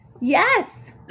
yes